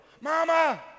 Mama